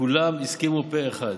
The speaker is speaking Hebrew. כולם הסכימו פה אחד,